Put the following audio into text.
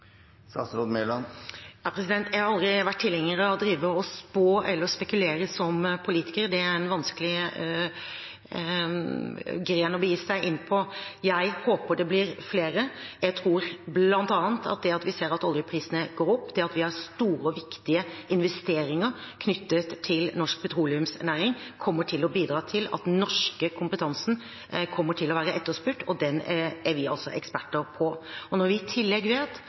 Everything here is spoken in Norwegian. Jeg har aldri vært tilhenger av å drive og spå eller spekulere som politiker. Det er en vanskelig gren å begi seg inn på. Jeg håper det blir flere. Jeg tror bl.a. at det at oljeprisene går opp, at vi har store og viktige investeringer knyttet til norsk petroleumsnæring, kommer til å bidra til at den norske kompetansen kommer til å være etterspurt, og den er vi altså eksperter på. Når vi i tillegg vet